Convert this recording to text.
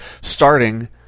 starting